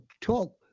talk